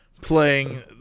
playing